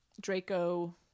Draco